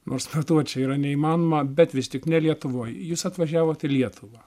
nors be to čia yra neįmanoma bet vis tik ne lietuvoj jūs atvažiavot į lietuvą